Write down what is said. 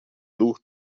дух